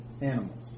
animals